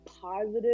positive